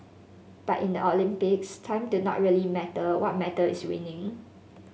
but in the Olympics time do not really matter what matter is winning